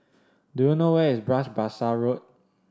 do you know where is Bras Basah Road